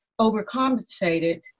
overcompensated